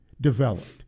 developed